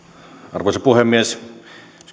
arvoisa puhemies